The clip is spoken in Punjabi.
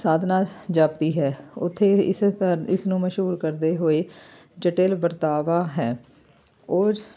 ਸਾਧਨਾ ਜਾਪਦੀ ਹੈ ਉੱਥੇ ਇਸ ਧਰ ਇਸਨੂੰ ਮਸ਼ਹੂਰ ਕਰਦੇ ਹੋਏ ਜਟਿਲ ਵਰਤਾਵਾ ਹੈ ਉਹ